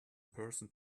person